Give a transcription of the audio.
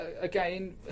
again